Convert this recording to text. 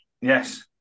Yes